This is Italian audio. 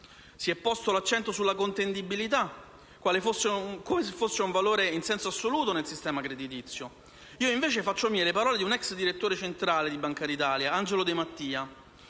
Si è posto l'accento sulla contendibilità, come se fosse un valore in senso assoluto nel sistema creditizio. Io invece faccio mie le parole di un ex direttore centrale di Bankitalia, Angelo De Mattia: